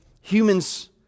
humans